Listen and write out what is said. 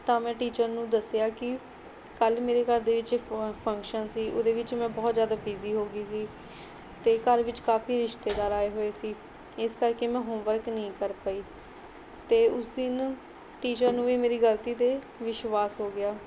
ਤਾਂ ਮੈਂ ਟੀਚਰ ਨੂੰ ਦੱਸਿਆ ਕਿ ਕੱਲ੍ਹ ਮੇਰੇ ਘਰ ਦੇ ਵਿੱਚ ਫੰ ਫੰਕਸ਼ਨ ਸੀ ਉਹਦੇ ਵਿੱਚ ਮੈਂ ਬਹੁਤ ਜ਼ਿਆਦਾ ਬਿਜ਼ੀ ਹੋ ਗਈ ਸੀ ਅਤੇ ਘਰ ਵਿੱਚ ਕਾਫੀ ਰਿਸ਼ਤੇਦਾਰ ਆਏ ਹੋਏ ਸੀ ਇਸ ਕਰਕੇ ਮੈਂ ਹੋਮਵਰਕ ਨਹੀਂ ਕਰ ਪਾਈ ਅਤੇ ਉਸ ਦਿਨ ਟੀਚਰ ਨੂੰ ਵੀ ਮੇਰੀ ਗਲਤੀ 'ਤੇ ਵਿਸ਼ਵਾਸ ਹੋ ਗਿਆ